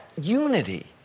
unity